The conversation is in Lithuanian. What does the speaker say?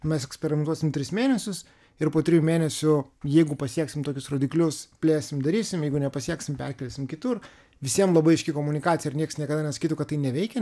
mes eksperimentuosim tris mėnesius ir po trijų mėnesių jeigu pasieksim tokius rodiklius plėsim darysim jeigu nepasieksim perkelsim kitur visiem labai aiški komunikacija ir nieks niekada nesakytų kad tai neveikia